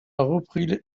repris